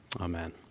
amen